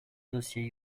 dossiers